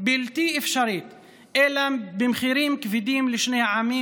בלתי אפשרית אלא במחירים כבדים לשני העמים,